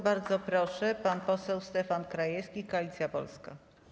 Bardzo proszę, pan poseł Stefan Krajewski, Koalicja Polska.